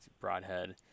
broadhead